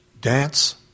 dance